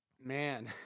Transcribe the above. man